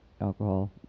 alcohol